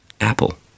apple